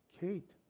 Kate